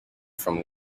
from